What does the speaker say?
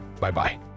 Bye-bye